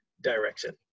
direction